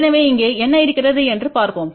எனவே இங்கே என்ன இருக்கிறது என்று பார்ப்போம்